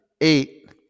eight